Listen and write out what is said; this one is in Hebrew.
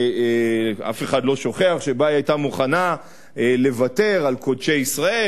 כשאף אחד לא שוכח שהיא היתה מוכנה לוותר על קודשי ישראל,